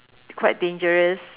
quite dangerous